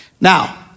Now